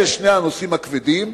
אלה שני הנושאים הכבדים.